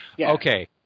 Okay